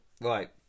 right